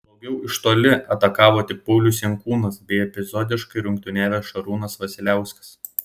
blogiau iš toli atakavo tik paulius jankūnas bei epizodiškai rungtyniavęs šarūnas vasiliauskas